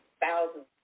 thousands